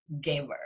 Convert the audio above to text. giver